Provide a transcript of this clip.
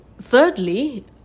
thirdly